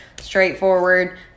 straightforward